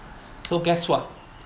so guess what